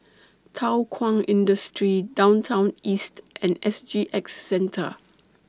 Thow Kwang Industry Downtown East and S G X Centre